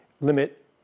limit